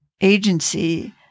agency